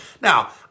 Now